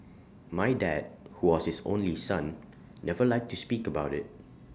my dad who was his only son never liked to speak about IT